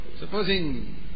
Supposing